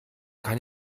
kann